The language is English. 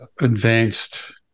advanced